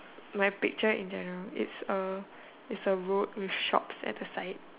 my picture in general it's a it's a road with shops at the side